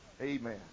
Amen